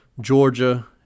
Georgia